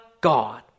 God